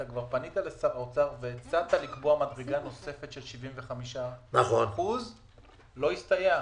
כבר פנית לשר האוצר והצעת לקבוע מדרגה נוספת של 75% אבל זה לא הסתייע.